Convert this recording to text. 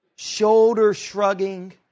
shoulder-shrugging